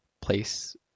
place